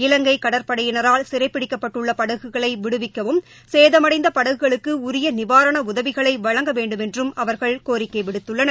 இலங்கை கடற்படையினரால் சிறைபிடிக்கப்பட்டுள்ள படகுகளை விடுவிக்கவும் சேதமடைந்த படகுகளுக்கு உரிய நிவாரண உதவிகளை வழங்க வேண்டுமென்றும் அவர்கள் கோரிக்கை விடுத்துள்ளனர்